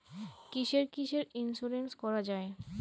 কিসের কিসের ইন্সুরেন্স করা যায়?